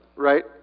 Right